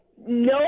no